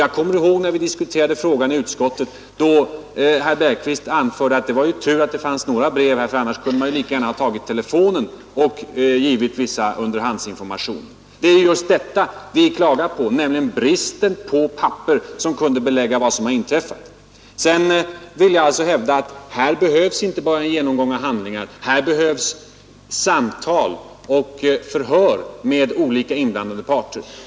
Jag kommer ihåg att när vi diskuterade frågan i utskottet anförde herr Bergqvist att det var en slump att det fanns några brev och att inte underhandskontakterna bara förekommit på telefon. Vad vi har klagat på är just bristen på papper som kunde klarlägga vad som inträffat! Sedan vill jag hävda att här behövs inte bara genomgång av handlingar. Här behövs samtal och förhör med olika inblandade parter.